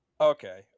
Okay